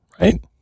right